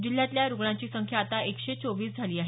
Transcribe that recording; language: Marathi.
जिल्ह्यातल्या या रुग्णांची संख्या आता एकशे चोवीस झाली आहे